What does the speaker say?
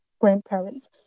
grandparents